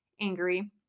angry